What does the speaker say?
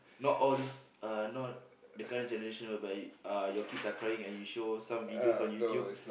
not all this uh not the current generation whereby uh your kids are crying and you show some videos on YouTube